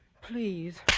Please